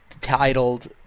titled